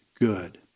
good